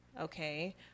okay